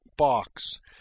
Box